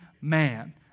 man